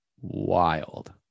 Wild